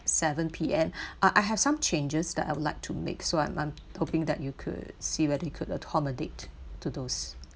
seven P_M uh I have some changes that I would like to make so I'm I'm hoping that you could see whether you could accommodate to those